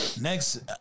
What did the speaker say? next